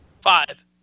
five